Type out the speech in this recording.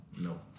No